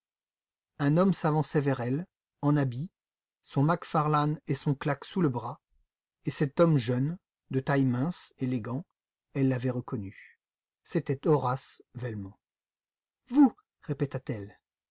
un homme s'avançait vers elle en habit son macferlane et son claque sous le bras et cet homme jeune de taille mince élégant elle l'avait reconnu c'était horace velmont vous répéta-t-elle